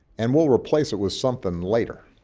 and we'll replace it with something later.